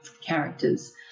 characters